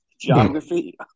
Geography